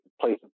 place